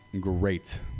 great